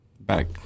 back